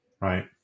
right